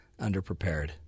underprepared